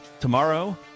tomorrow